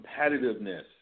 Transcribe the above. competitiveness